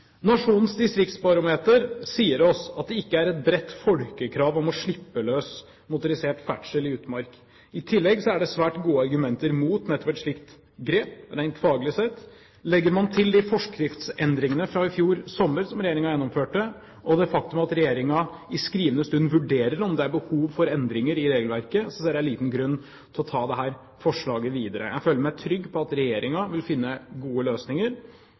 Nasjonens distriktsbarometer sier oss at det ikke er et bredt folkekrav om å slippe løs motorisert ferdsel i utmark. I tillegg er det svært gode argumenter mot nettopp et slikt grep rent faglig sett. Legger man til forskriftsendringene fra i fjor sommer som regjeringen gjennomførte, og det faktum at regjeringen i skrivende stund vurderer om det er behov for endringer i regelverket, ser jeg liten grunn til å ta dette forslaget videre. Jeg føler meg trygg på at regjeringen vil finne gode løsninger